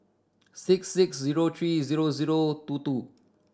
six six zero three zero zero two two